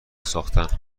ساختن